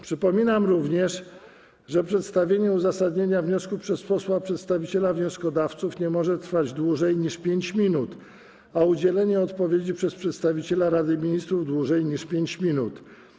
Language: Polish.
Przypominam również, że przedstawienie uzasadnienia wniosku przez posła przedstawiciela wnioskodawców nie może trwać dłużej niż 5 minut, a udzielenie odpowiedzi przez przedstawiciela Rady Ministrów - dłużej niż 5 minut.